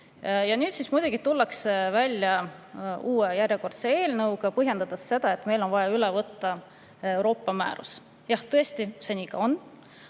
Ja nüüd siis muidugi tullakse välja järjekordse eelnõuga, põhjendades seda nii, et meil on vaja üle võtta Euroopa määrus. Jah, tõesti, see nii on,